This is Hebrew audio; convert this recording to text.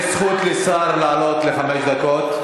יש זכות לשר לעלות לחמש דקות.